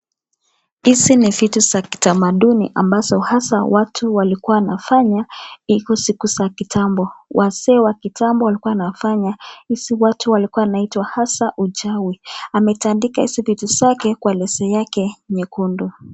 Hizi ni vitu za kitamaduni ambazo hasa watu walikuwa wanafanya, hizo siku za kitambo. Wazee wa kitambo walikuwa wanafanya hizi watu walikuwa wanaitwa hasa wachawi. Ametandika hizi vitu zake kwa leso yake nyekundu.